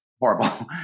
horrible